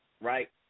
right